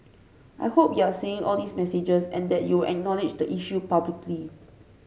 I hope you're seeing all these messages and that you will acknowledge the issue publicly